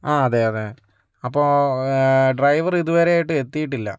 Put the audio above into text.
ആ അതെ അതെ അപ്പോൾ ഡ്രൈവറ് ഇതുവരെയിട്ട് എത്തിയിട്ടില്ല